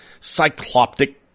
cycloptic